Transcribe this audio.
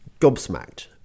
gobsmacked